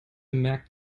merke